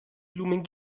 blumen